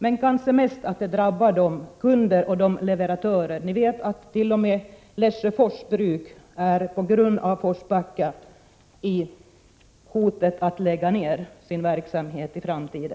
Mest kanske det drabbar kunder och leverantörer. T.o.m. verksamheten vid Lesjöfors bruk hotas av nedläggning på grund av situationen i Forsbacka.